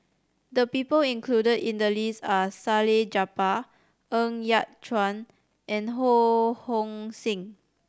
the people included in the list are Salleh Japar Ng Yat Chuan and Ho Hong Sing